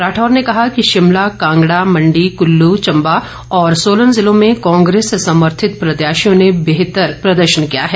राठौर ने कहा कि शिमला कांगड़ा मंडी कुल्लू चंबा और सोलन जिलों में कांग्रेस समर्थित प्रत्याशियों ने बेहतर प्रदर्शन किया है